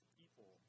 people